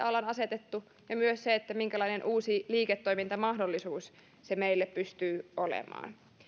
ollaan asetettu myös se minkälainen uusi liiketoimintamahdollisuus se meille pystyy olemaan